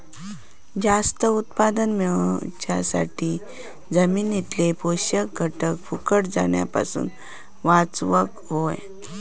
जास्त उत्पादन मेळवच्यासाठी जमिनीतले पोषक घटक फुकट जाण्यापासून वाचवक होये